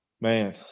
man